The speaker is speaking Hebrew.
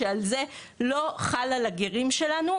שעל זה לא חל על הגירים שלנו.